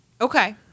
okay